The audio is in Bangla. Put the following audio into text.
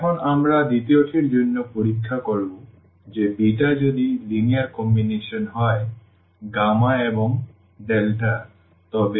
এখন আমরা দ্বিতীয়টির জন্য পরীক্ষা করব যে যদি লিনিয়ার কম্বিনেশন হয় এবং তবে